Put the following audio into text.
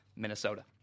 Minnesota